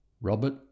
Robert